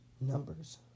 numbers